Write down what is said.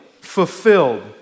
fulfilled